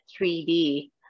3D